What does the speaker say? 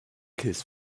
kiss